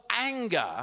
anger